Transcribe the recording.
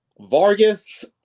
Vargas